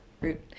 root